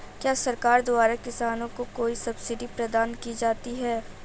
क्या सरकार द्वारा किसानों को कोई सब्सिडी प्रदान की जाती है?